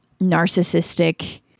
narcissistic